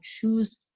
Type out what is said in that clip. choose